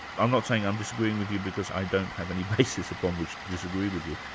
i'm not saying i'm disagreeing with you, because i don't have any basis upon which to disagree with you,